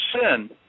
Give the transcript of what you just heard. sin